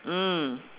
mm